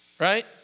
Right